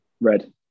red